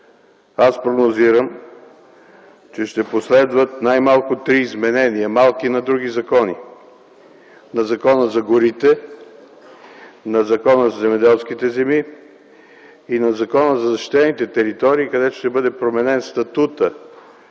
Аз прогнозирам, че ще последват най-малко три малки изменения на други закони – на Закона за горите, на Закона за земеделските земи и на Закона за защитените територии, където ще бъде променен статутът